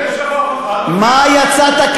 מה יצאת,